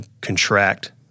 contract